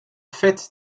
fête